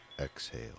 Exhale